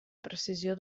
precisió